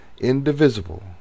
indivisible